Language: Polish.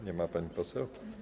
Nie ma pani poseł.